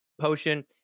potion